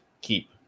keep